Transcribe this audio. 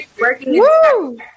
working